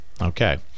Okay